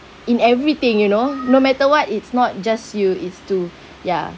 in everything you know no matter what it's not just you it's two ya